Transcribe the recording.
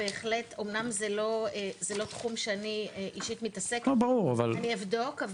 זה לא תחום שבו אני אישית מתעסקת, אני אבדוק.